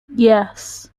yes